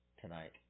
tonight